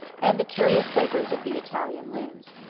and the curious labors of the italian looms.